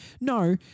No